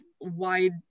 wide